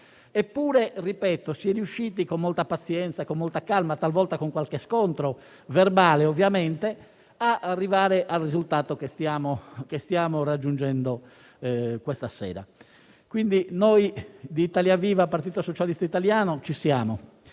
Eppure - ripeto - si è riusciti, con molta pazienza, con molta calma, talvolta con qualche scontro verbale, ad arrivare al risultato che stiamo raggiungendo questa sera. Noi di Italia Viva-Partito Socialista italiano ci siamo;